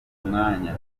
mwanya